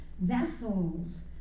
vessels